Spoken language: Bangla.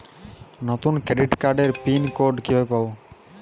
নতুন ক্রেডিট কার্ডের পিন কোড কিভাবে পাব?